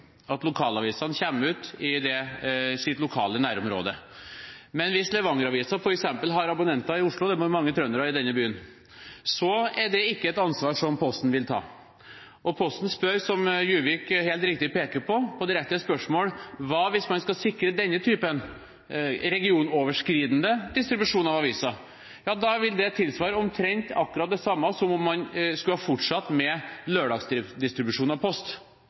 når lokalavisene kommer ut i sitt lokale nærområde. Hvis Levanger-Avisa f.eks. har abonnenter i Oslo – det bor mange trøndere i denne byen – er ikke det et ansvar som Posten vil ta. Og Posten svarer, som Juvik helt riktig pekte på, på direkte spørsmål. Hva hvis man skal sikre denne typen regionoverskridende distribusjon av aviser? Da vil det tilsvare omtrent akkurat det samme som om man skulle ha fortsatt med lørdagsdistribusjon av post.